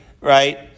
right